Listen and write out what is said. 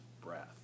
breath